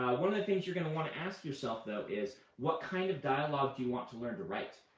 one of the things you're going to want to ask yourself, though, is, what kind of dialogue do you want to learn to write.